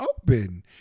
open